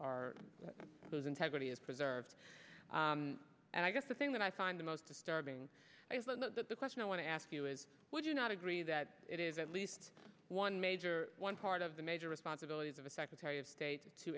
are those integrity is preserved and i guess the thing that i find the most disturbing is that the question i want to ask you is would you not agree that it is at least one major one part of the major responsibilities of a secretary of state to